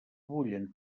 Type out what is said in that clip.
bullen